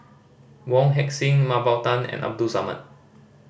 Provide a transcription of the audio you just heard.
Wong Heck Sing Mah Bow Tan and Abdul Samad